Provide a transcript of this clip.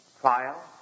trial